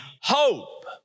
hope